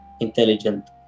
intelligent